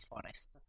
forest